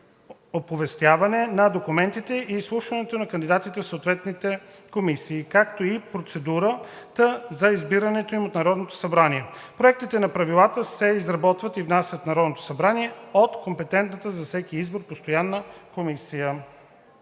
оповестяване на документите и изслушването на кандидатите в съответната комисия, както и процедурата за избирането им от Народното събрание. Проектите на правилата се изработват и внасят в Народното събрание от компетентната за всеки избор постоянна комисия.“